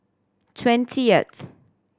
twentieth